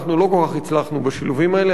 אנחנו לא כל כך הצלחנו בשילובים האלה.